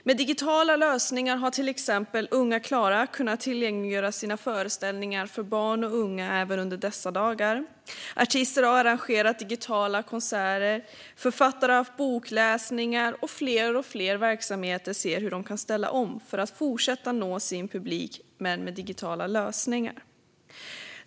Med digitala lösningar har till exempel Unga Klara kunnat tillgängliggöra sina föreställningar för barn och unga även under dessa dagar. Artister har arrangerat digitala konserter, författare har haft bokläsningar och fler och fler verksamheter ser hur de kan ställa om för att fortsätta nå sin publik genom digitala lösningar.